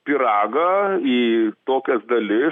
pyragą į tokias dalis